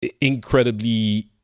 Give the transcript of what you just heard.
incredibly